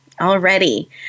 already